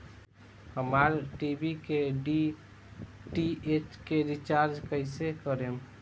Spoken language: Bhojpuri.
हमार टी.वी के डी.टी.एच के रीचार्ज कईसे करेम?